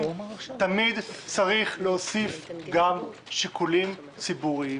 תמיד צריך להוסיף גם שיקולים ציבוריים.